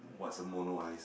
what's a mono eyes